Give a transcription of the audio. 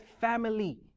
family